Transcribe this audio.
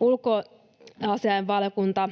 Ulkoasiainvaliokunta